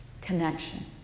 connection